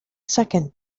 second